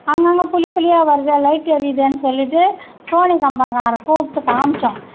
அங்கங்கே புள்ளி புள்ளியாக வருகுதே லைட் எரியுதேன்னு சொல்லிட்டு சோனி கம்பெனிகாரரை கூப்பிட்டு காமிச்சோம்